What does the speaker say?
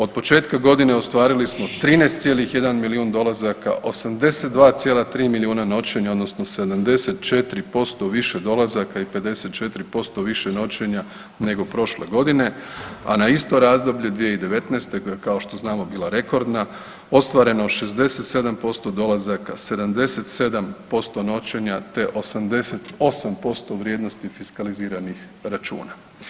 Od početka godine ostvarili smo 13,1 milijun dolazaka, 82,3 milijuna noćenja odnosno 74% više dolazaka i 54% više noćenja nego prošle godine a na isto razdoblje 2019. koja je kao što znamo bila rekordna, ostvareno 67% dolazaka, 77% noćenja te 88% vrijednosti fiskaliziranih računa.